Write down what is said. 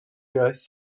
iaith